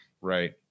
Right